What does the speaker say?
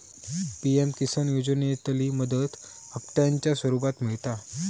PM किसान योजनेतली मदत हप्त्यांच्या स्वरुपात मिळता